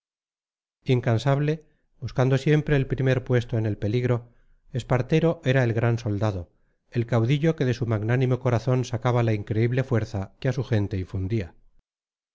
incansable buscando siempre el primer puesto en el peligro espartero era el gran soldado el caudillo que de su magnánimo corazón sacaba la increíble fuerza que a su gente infundía